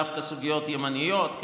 דווקא סוגיות ימניות.